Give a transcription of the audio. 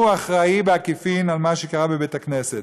הוא אחראי בעקיפין למה שקרה בבית-הכנסת.